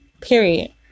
period